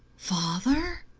father?